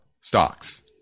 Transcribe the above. stocks